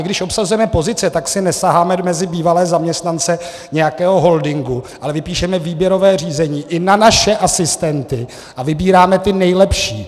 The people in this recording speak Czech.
Když my obsazujeme pozice, tak si nesaháme mezi bývalé zaměstnance nějakého holdingu, ale vypíšeme výběrové řízení i na naše asistenty a vybíráme ty nejlepší.